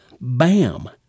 Bam